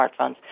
smartphones